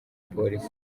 polisi